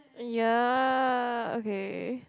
ya okay